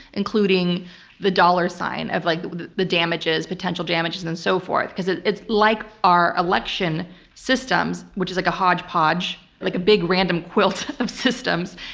including the dollar sign of like the the damages, potential damages and so forth. because it's it's like our election systems, which is like a hodgepodge, like a big random quilt of systems.